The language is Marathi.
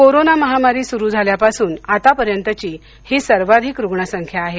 कोरोना महामारी सुरू झाल्यापासून आतापर्यंतची ही सर्वाधिक रुग्णसंख्या आहे